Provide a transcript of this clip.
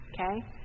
Okay